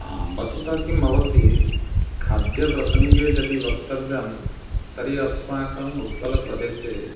आं वस्तुतः किं भवति खाद्यप्रसङ्गे यदि वक्तव्यं तर्हि अस्माकम् उत्कलप्रदेशे